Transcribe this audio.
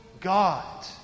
God